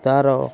ତାର